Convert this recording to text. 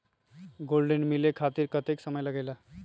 Gold ऋण मिले खातीर कतेइक समय लगेला?